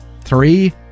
Three